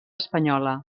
espanyola